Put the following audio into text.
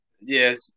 Yes